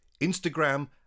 Instagram